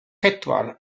pedwar